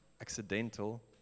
accidental